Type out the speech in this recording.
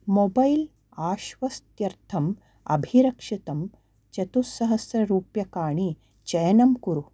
mobile आश्वस्त्यर्थम् अभिरक्षितं चतुसहस्ररूप्यकाणि चयनं कुरु